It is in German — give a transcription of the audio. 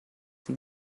sie